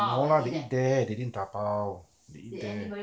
no lah they eat there they didn't dabao they eat there